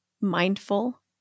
mindful